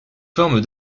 forme